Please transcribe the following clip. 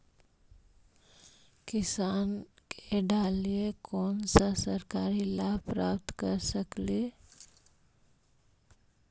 किसान के डालीय कोन सा सरकरी लाभ प्राप्त कर सकली?